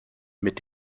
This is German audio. mit